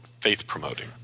faith-promoting